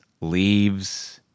leaves